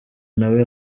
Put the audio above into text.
nawe